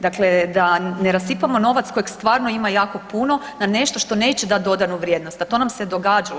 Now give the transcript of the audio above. Dakle, da ne rasipamo novac kojeg stvarno ima jako puno na nešto što neće dati dodanu vrijednost, a to nam se događalo.